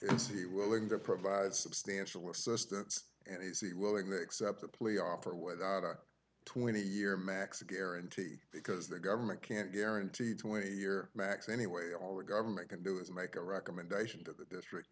he willing to provide substantial assistance and he's willing to accept a plea offer without a twenty year max a guarantee because the government can't guarantee twenty year max anyway all we're government can do is make a recommendation to the district